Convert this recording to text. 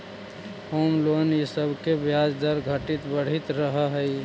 home loan इ सब के ब्याज दर घटित बढ़ित रहऽ हई